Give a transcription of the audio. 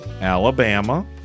Alabama